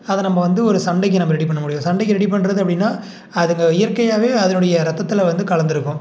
அதை நம்ம வந்து ஒரு சண்டைக்கு நம்ம ரெடி பண்ண முடியும் சண்டைக்கு ரெடி பண்ணுறது அப்படின்னா அதுக்கு இயற்கையாகவே அதனுடைய ரத்தத்தில் வந்து கலந்திருக்கும்